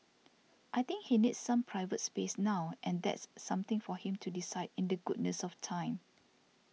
I think he needs some private space now and that's something for him to decide in the goodness of time